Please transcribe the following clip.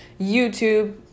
YouTube